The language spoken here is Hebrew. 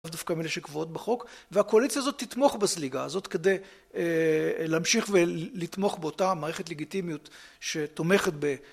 דווקא מאלה שקבועות בחוק, והקואליציה הזאת תתמוך בסזיגה הזאת כדי להמשיך ולתמוך באותה מערכת לגיטימיות שתומכת...